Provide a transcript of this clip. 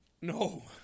No